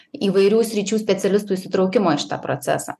įvairių sričių specialistų įsitraukimo į šitą procesą